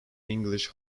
english